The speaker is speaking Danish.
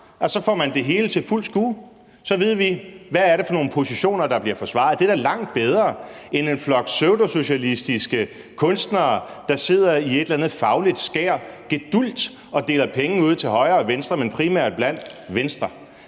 Og så får man det hele til fuldt skue. Så ved vi, hvad det er for nogle positioner, der bliver forsvaret. Det er da langt bedre end en flok pseudosocialistiske kunstnere, der sidder gedulgt i et eller andet fagligt skær og deler penge ud til højre og venstre, men primært til venstre.